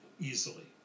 easily